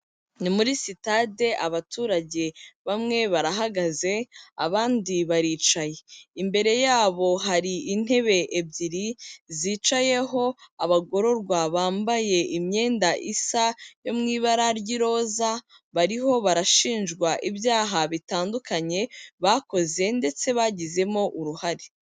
Ni muri sitade abaturage bamwe barahagaze, abandi baricaye, imbere yabo hari intebe ebyiri zicayeho abagororwa bambaye imyenda isa yo mu ibara ry'iroza, bariho barashinjwa ibyaha bitandukanye bakoze ndetse bagizemo uruhare.